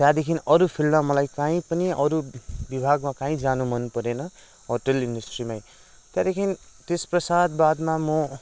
त्यहाँदेखि अरू फिल्डमा मलाई कहीँ पनि अरू विभागमा कहीँ जानु मन परेन होटेल इन्डस्ट्रीमै त्यहाँदेखि त्यसपश्चात बादमा म